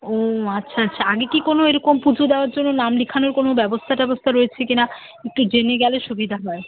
ও আচ্ছা আচ্ছা আমি কি কোনো এরকম পুজো দেওয়ার জন্য নাম লেখানোর কোনো ব্যবস্থা ট্যাবস্থা রয়েছে কিনা একটু জেনে গেলে সুবিধা হয়